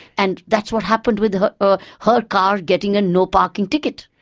and that's what happened with her ah her car getting a no parking ticket.